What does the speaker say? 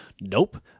Nope